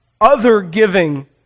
other-giving